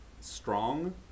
strong